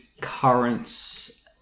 currents